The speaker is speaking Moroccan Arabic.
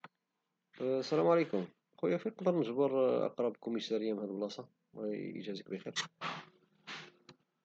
السلام عليكم خويا فين نقدر نجبر اقرب كوميسارية من هاد البلاصة الله اجازيكم بخير؟